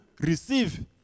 receive